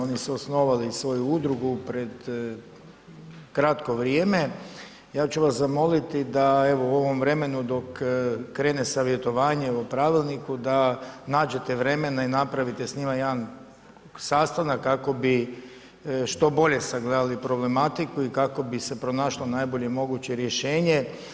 Oni su osnovali svoju udrugu, pred kratko vrijeme, ja ću vas zamoliti, da evo u ovom vremenu, dok, krene savjetovanje o pravilniku, da nađete vremena i napravite s njima, sastanak, kako bi što bolje sagledali problematiku i kako bi se pronašlo najbolje moguće rješenje.